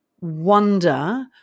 wonder